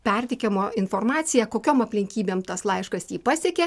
perteikiama informacija kokiom aplinkybėm tas laiškas jį pasiekė